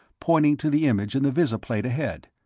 pointing to the image in the visiplate ahead.